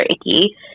Icky